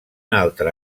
altre